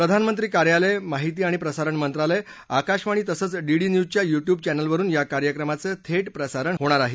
प्रधानमंत्री कार्यालय माहिती आणि प्रसारण मंत्रालय आकाशवाणी तसंच डी डी न्यूजच्या यू टयूब चॅनलवरुन या कार्यक्रमाचं थेट प्रसारण होणार आहे